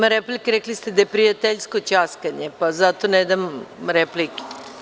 Nema replike, rekli ste da je prijateljsko ćaskanje, pa zato ne dam repliku.